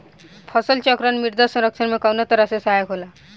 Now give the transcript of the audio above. फसल चक्रण मृदा संरक्षण में कउना तरह से सहायक होला?